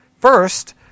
first